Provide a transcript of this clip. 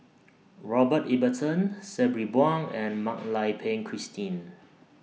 Robert Ibbetson Sabri Buang and Mak Lai Peng Christine